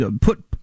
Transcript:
put